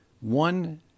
one